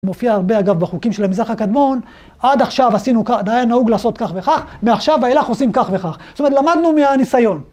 מופיע הרבה אגב בחוקים של המזרח הקדמון, עד עכשיו עשינו כך, היה נהוג לעשות כך וכך, מעכשיו ואילך עושים כך וכך, זאת אומרת למדנו מהניסיון.